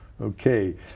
Okay